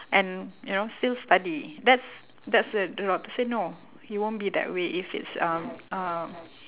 and you know still study that's that's the the doctor say no he won't be that way if it's um uh